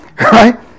Right